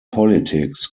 politics